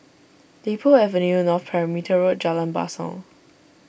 Li Po Avenue North Perimeter Road Jalan Basong